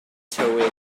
tywydd